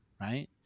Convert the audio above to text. Right